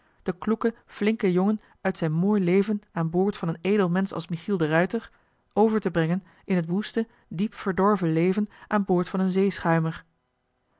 den kloeken flinken jongen uit zijn mooi leven aan boord van een edel mensch als michiel de ruijter over te brengen in het woeste diep verdorven leven aan boord van een